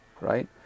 right